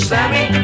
Sammy